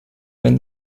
wenn